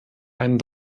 einen